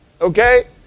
Okay